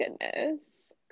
goodness